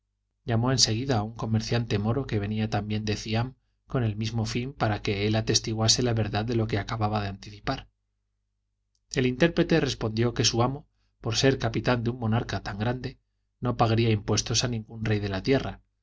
en seguida a un comerciante moro que venía también de ciam con el mismo fín para que él atestiguase la verdad de lo que acababa de anticipar el intérprete respondió que su amo por ser capitán de un monarca tan grande no pagaría impuestos a ningún rey de la tierra